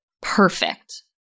perfect